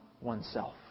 oneself